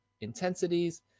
intensities